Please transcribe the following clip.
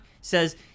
says